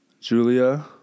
Julia